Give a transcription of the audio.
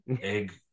egg